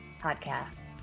podcast